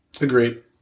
Agreed